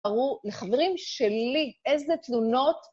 ברור לחברים שלי, איזה תלונות...